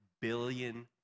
billion